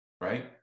Right